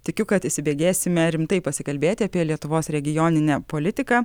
tikiu kad įsibėgėsime rimtai pasikalbėti apie lietuvos regioninę politiką